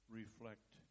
reflect